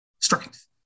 strength